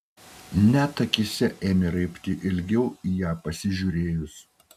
net akyse ėmė raibti ilgiau į ją pasižiūrėjus